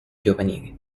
giovanili